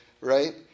right